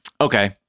Okay